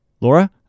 Laura